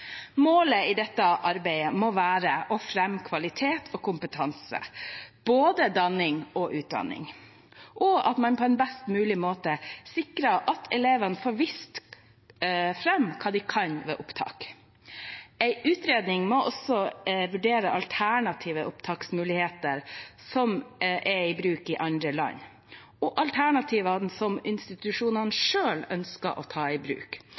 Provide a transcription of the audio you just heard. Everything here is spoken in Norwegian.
Målet i dette arbeidet må være å fremme kvalitet og kompetanse, både danning og utdanning, og at man på en best mulig måte sikrer at elevene får vist fram hva de kan ved opptak. En utredning må også vurdere alternative opptaksmuligheter som er i bruk i andre land, og alternativene som institusjonene selv ønsker å ta i bruk,